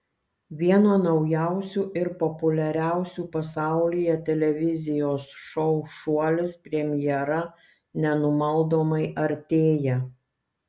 vieno naujausių ir populiariausių pasaulyje televizijos šou šuolis premjera nenumaldomai artėja